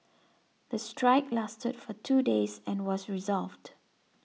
the strike lasted for two days and was resolved